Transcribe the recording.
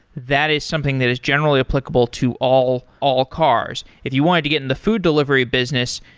that is something that is generally applicable to all all cars. if you wanted to get in the food delivery business,